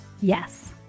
Yes